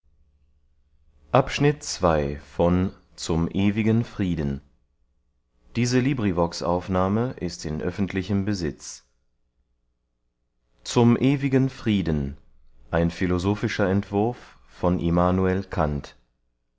title zum ewigen frieden ein philosophischer entwurf